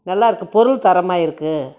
நல்லாயிருக்கு பொருள் தரமாக இருக்குது